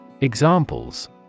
Examples